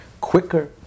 quicker